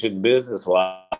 business-wise